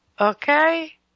Okay